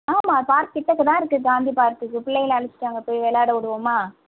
ஆமாம் பார்க் கிட்டக்கதான் இருக்குது காந்தி பார்க்கு பிள்ளைங்கள அழைச்சிட்டு அங்கே போய் விளையாட விடுவோமா